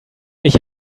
ich